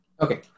Okay